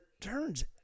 turns